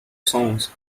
songs